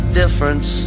difference